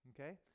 okay